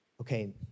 okay